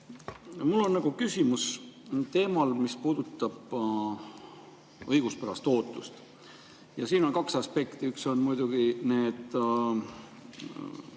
Mul on küsimus teemal, mis puudutab õiguspärast ootust. Ja siin on kaks aspekti. Üks on muidugi need